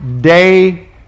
day